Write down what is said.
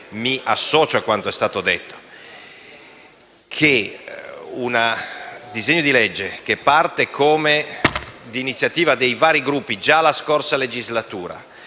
Grazie,